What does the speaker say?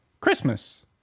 Christmas